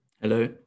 Hello